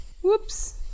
whoops